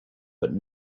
but